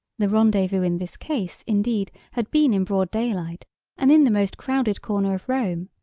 the rendezvous in this case, indeed, had been in broad daylight and in the most crowded corner of rome,